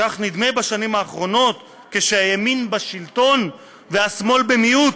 כך נדמה בשנים האחרונות כשהימין בשלטון והשמאל במיעוט,